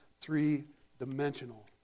three-dimensional